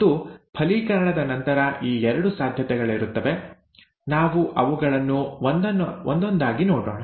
ಮತ್ತು ಫಲೀಕರಣದ ನಂತರ ಈ ಎರಡು ಸಾಧ್ಯತೆಗಳಿರುತ್ತವೆ ನಾವು ಅವುಗಳನ್ನು ಒಂದೊಂದಾಗಿ ನೋಡೋಣ